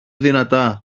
δυνατά